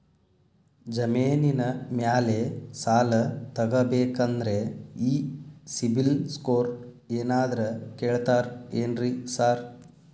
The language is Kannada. ಜಮೇನಿನ ಮ್ಯಾಲೆ ಸಾಲ ತಗಬೇಕಂದ್ರೆ ಈ ಸಿಬಿಲ್ ಸ್ಕೋರ್ ಏನಾದ್ರ ಕೇಳ್ತಾರ್ ಏನ್ರಿ ಸಾರ್?